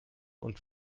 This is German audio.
und